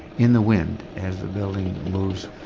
in the wind, as the building moves,